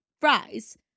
fries